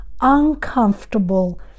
uncomfortable